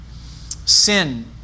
Sin